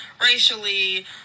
racially